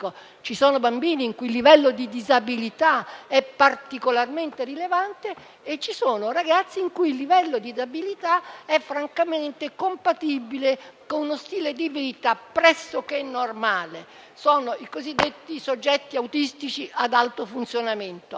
ci siano bambini il cui livello di disabilità è particolarmente rilevante e ci sono ragazzi il cui livello di disabilità è francamente compatibile con uno stile di vita pressoché normale, sono i cosiddetti soggetti autistici ad alto funzionamento.